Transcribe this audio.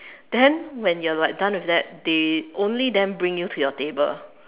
then when you're like done with that they only then bring you to your table